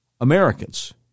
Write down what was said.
Americans